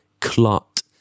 clot